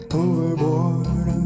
overboard